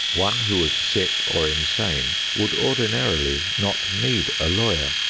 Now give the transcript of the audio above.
one who was sick or insane would ordinarily not need a lawyer,